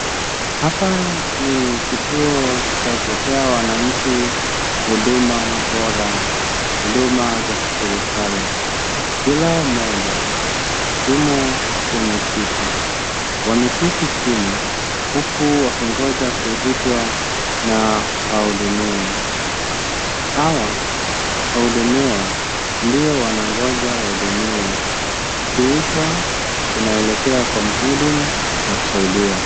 Hapa ni kituo cha kupea wanainci huduma bora, huduma za kiserikali .Kila moja yumo kwenye kiti wameketi chini uku wakingoja kuitwa na wahudumiwa. Hawa wahudumiwa ndio wanangoja wahudumiwe, ukiitwa unaelekea Kwa mhudumu anakusaidia.